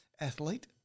athlete